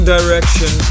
Direction